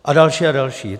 A další a další.